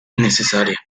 necesaria